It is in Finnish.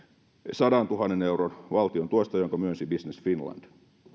sadantuhannen euron valtiontuesta jonka myönsi business finland